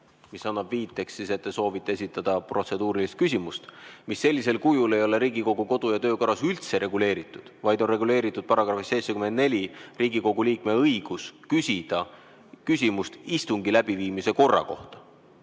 see annab viite, et te soovite esitada protseduurilist küsimust, mis sellisel kujul ei ole Riigikogu kodu‑ ja töökorras üldse reguleeritud, kuivõrd §‑s 74 on reguleeritud Riigikogu liikme õigus küsida küsimust istungi läbiviimise korra kohta.